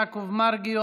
יעקב מרגי,